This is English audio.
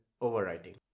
overriding